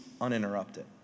uninterrupted